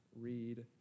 read